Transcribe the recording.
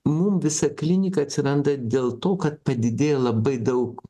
mum visa klinika atsiranda dėl to kad padidėja labai daug